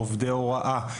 עובדי הוראה,